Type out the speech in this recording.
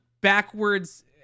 backwards